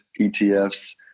ETFs